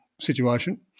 situation